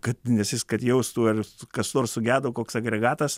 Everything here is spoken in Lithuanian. kad nes jis kad jaustų ar kas nors sugedo koks agregatas